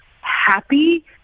happy